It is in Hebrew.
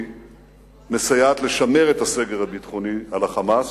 היא מסייעת לשמר את הסגר הביטחוני על ה"חמאס"